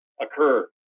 occur